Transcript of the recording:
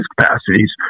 capacities